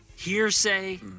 Hearsay